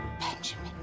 Benjamin